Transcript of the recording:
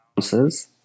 ounces